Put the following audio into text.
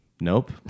nope